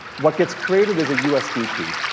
what gets created is a usb key.